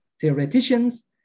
theoreticians